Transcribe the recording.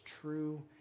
true